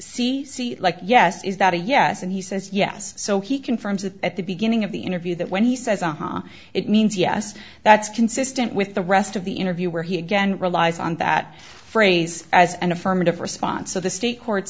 c yes is that a yes and he says yes so he confirms that at the beginning of the interview that when he says aha it means yes that's consistent with the rest of the interview where he again relies on that phrase as an affirmative response so the state court